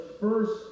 first